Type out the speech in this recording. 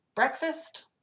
Breakfast